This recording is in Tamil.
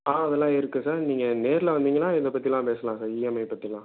ஆ அதெலாம் இருக்குது சார் நீங்கள் நேரில் வந்தீங்கன்னால் இதை பற்றிலாம் பேசலாம் சார் இஎம்ஐ பற்றிலாம்